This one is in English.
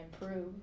improve